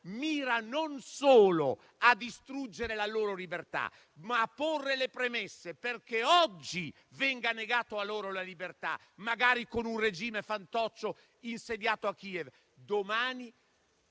mira non solo a distruggere la loro libertà, ma a porre le premesse perché oggi venga negata loro la libertà, magari con un regime fantoccio insediato a Kiev, ma